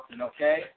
okay